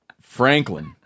Franklin